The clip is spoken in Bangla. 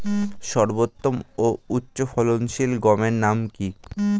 সর্বোত্তম ও উচ্চ ফলনশীল গমের নাম কি?